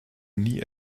nie